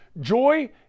Joy